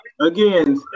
Again